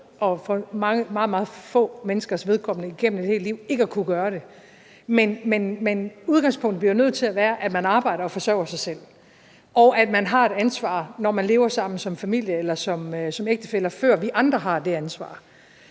få menneskers vedkommende vil man igennem et helt liv ikke kunne gøre det. Men udgangspunktet bliver jo nødt til at være, at man arbejder og forsørger sig selv, og at man har et ansvar, når man lever sammen som familie eller som ægtefæller, før vi andre har det ansvar.